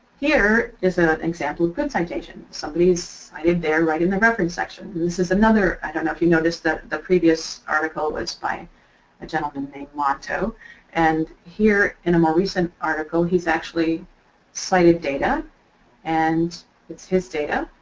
here is ah an example of good citation, somebody's cited there right in the reference section. this is another. i don't know if you notice that the previous article was by a gentleman named monto and here, in a more recent article, he's actually cited data and it's his data.